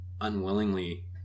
unwillingly